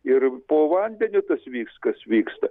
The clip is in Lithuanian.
ir po vandeniu tas viskas vyksta